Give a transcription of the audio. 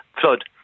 flood